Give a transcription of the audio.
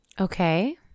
Okay